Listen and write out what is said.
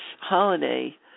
holiday